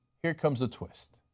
here comes the twist